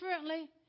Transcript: differently